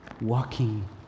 Walking